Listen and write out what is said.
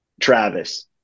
Travis